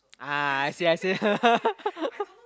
ah I see I see